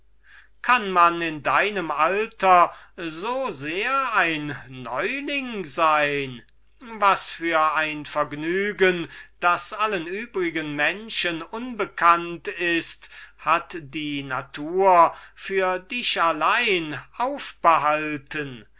kann man in deinem alter so sehr ein neuling sein was für vergnügen die allen übrigen menschen unbekannt sind hat die natur für dich allein aufbehalten